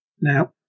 Now